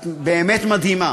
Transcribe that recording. את באמת מדהימה,